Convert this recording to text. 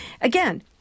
Again